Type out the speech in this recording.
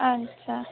अच्छा